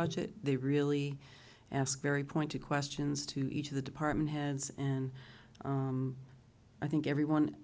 budget they really ask very pointed questions to each of the department heads and i think everyone